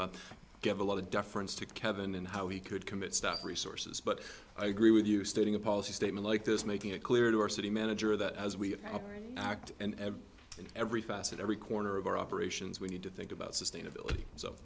when you give a lot of deference to kevin and how he could commit stuff resources but i agree with you stating a policy statement like this making it clear to our city manager that as we act and in every facet every corner of our operations we need to think about sustainability so